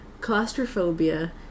claustrophobia